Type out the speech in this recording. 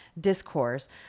discourse